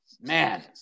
man